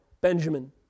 Benjamin